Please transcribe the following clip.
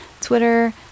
Twitter